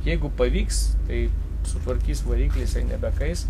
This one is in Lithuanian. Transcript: jeigu pavyks tai sutvarkys variklį jisai nebekais